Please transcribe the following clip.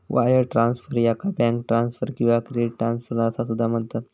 wire transfer, याका bank transfer किंवा credit transfer असा सुद्धा म्हणतत